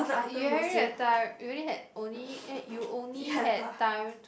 you having time you only had only you only had time